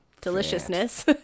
deliciousness